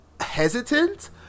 hesitant